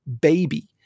baby